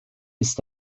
ist